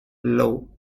low